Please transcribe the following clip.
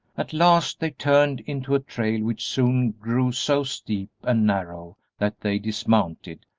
at last they turned into a trail which soon grew so steep and narrow that they dismounted,